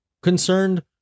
concerned